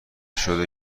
شده